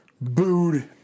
booed